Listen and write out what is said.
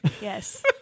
Yes